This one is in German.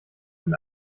sind